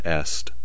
est